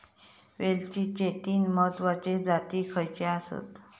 वेलचीचे तीन महत्वाचे जाती खयचे आसत?